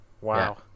Wow